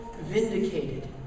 vindicated